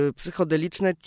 psychodeliczne